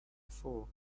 before